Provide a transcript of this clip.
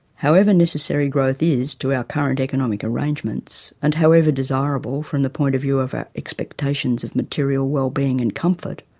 however necessary growth is to our current economic arrangements, and however desirable from the point of view of our expectations of material well-being and comfort,